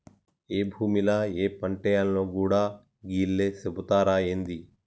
ఏ భూమిల ఏ పంటేయాల్నో గూడా గీళ్లే సెబుతరా ఏంది?